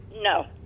no